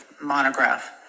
monograph